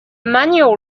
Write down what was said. manual